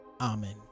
Amen